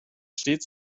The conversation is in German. stets